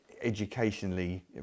educationally